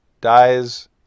dies